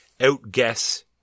outguess